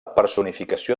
personificació